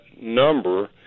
number